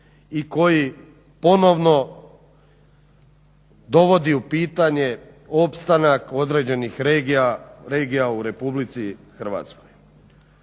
i koji ponovno dovodi u pitanje opstanak određenih regija, regija u RH.